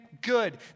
good